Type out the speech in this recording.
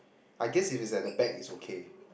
I guess if it's at the back it's okay